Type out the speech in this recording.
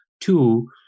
Two